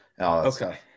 okay